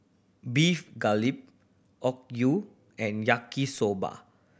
Beef Galbi Okayu and Yaki Soba